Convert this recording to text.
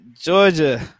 Georgia